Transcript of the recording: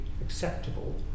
acceptable